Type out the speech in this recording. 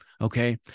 Okay